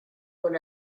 con